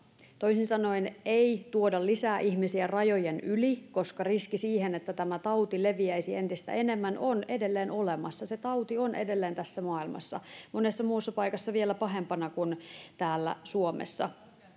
toisin sanoen ei tuoda lisää ihmisiä rajojen yli koska riski että tämä tauti leviäisi entistä enemmän on edelleen olemassa se tauti on edelleen tässä maailmassa monessa muussa paikassa vielä pahempana kuin täällä suomessa